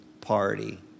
party